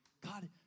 God